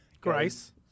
Grace